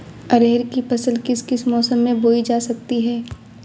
अरहर की फसल किस किस मौसम में बोई जा सकती है?